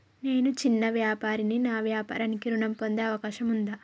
నేను చిన్న వ్యాపారిని నా వ్యాపారానికి ఋణం పొందే అవకాశం ఉందా?